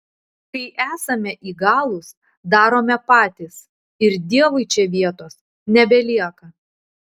kai esame įgalūs darome patys ir dievui čia vietos nebelieka